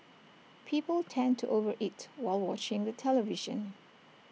people tend to over eat while watching the television